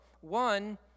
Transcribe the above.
One